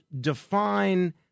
define